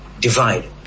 divide